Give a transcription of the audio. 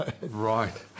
Right